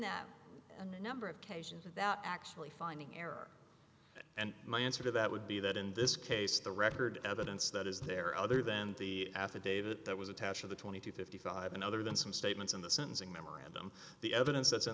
that and a number of occasions without actually finding error and my answer to that would be that in this case the record evidence that is there other than the affidavit that was attached of the twenty to fifty five and other than some statements in the sentencing memorandum the evidence that's in